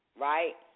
right